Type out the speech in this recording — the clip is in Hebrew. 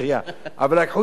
אבל לקחו את הכופר.